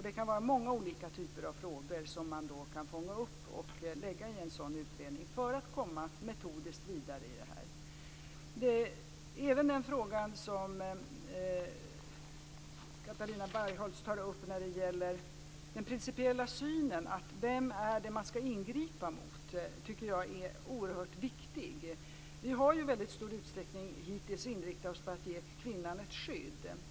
Det kan vara många olika typer av frågor som man kan fånga upp och lägga in i en sådan utredning, för att metodiskt komma vidare. Helena Bargholtz tar upp den principiella synen på vem man ska ingripa mot. Det är oerhört viktigt. Vi har hittills i stor utsträckning inriktat oss på att ge kvinnan ett skydd.